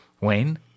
Wayne